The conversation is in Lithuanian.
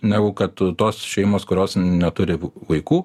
negu kad tos šeimos kurios neturi vaikų